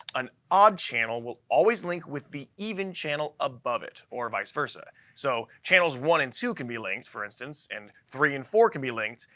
an odd-channel will always link with the even channel above it, or vice versa. so channels one and two can be linked, for instance, and three and four can be linked,